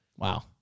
Wow